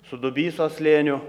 su dubysos slėniu